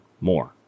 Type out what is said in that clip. more